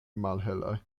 malhelaj